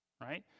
right